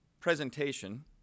presentation